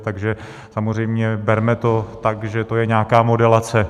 Takže samozřejmě berme to tak, že to je nějaká modelace.